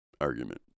argument